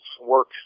Work